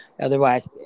Otherwise